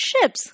ships